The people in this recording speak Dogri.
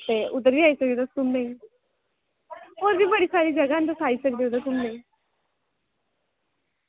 ते उद्धर बी जाई सकदे ओ तुस घूमने गी होर बी बड़ी सारी जगह न तुस आई सकदे ओ इद्धर घूमने गी